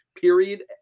period